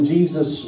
Jesus